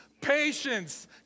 patience